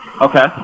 Okay